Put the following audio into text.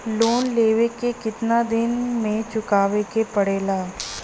Loan लेवे के कितना दिन मे चुकावे के पड़ेला?